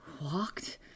walked